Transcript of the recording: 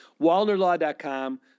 walnerlaw.com